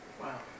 wow